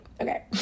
okay